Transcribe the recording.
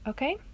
Okay